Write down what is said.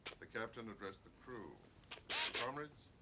the captain addressed the crew comrades.